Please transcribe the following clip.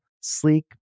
sleek